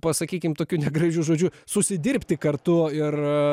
pasakykim tokiu negražiu žodžiu susidirbti kartu ir